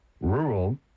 rural